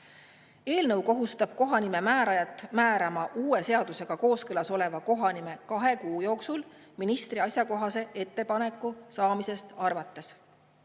Eelnõu kohustab kohanimemäärajat määrama uue seadusega kooskõlas oleva kohanime kahe kuu jooksul ministri asjakohase ettepaneku saamisest arvates.